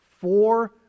four